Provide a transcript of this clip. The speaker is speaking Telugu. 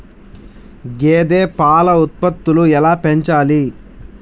గేదె పాల ఉత్పత్తులు ఎలా పెంచాలి?